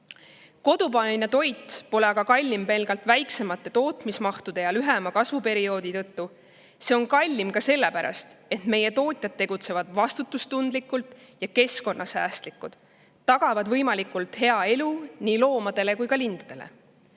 Kodumaine toit pole kallim pelgalt väiksemate tootmismahtude ja lühema kasvuperioodi tõttu. See on kallim ka sellepärast, et meie tootjad tegutsevad vastutustundlikult ja keskkonnasäästlikult, tagavad võimalikult hea elu nii loomadele kui ka lindudele. Kas